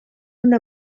una